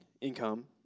income